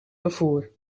vervoer